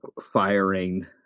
firing